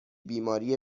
بیماری